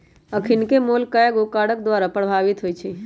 अखनिके मोल कयगो कारक द्वारा प्रभावित होइ छइ